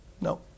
No